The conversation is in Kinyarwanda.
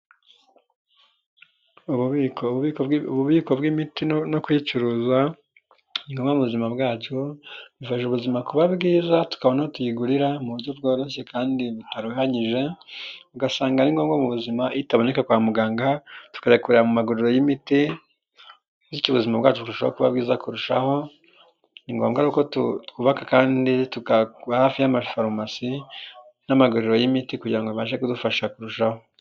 Ububiko. Ububiko bw'imiti no kuyicuruza, ni ngombwa mu buzima bwacu, bifasha ubuzima kuba bwiza tukabona aho tuyigurira mu buryo bworoshye kandi bitaruhanyije, ugasanga ari ngombwa mu buzima, itaboneka kwa muganga tukayikura mu maguriro y'imiti, bityo ubuzima bwacu bukarushaho kuba bwiza kurushaho. Ni ngombwa ko twubaka kandi tukaba hafi y'amafarumasi n'amagariro y'imiti kugira ngo bibabashe kudufasha kurushaho.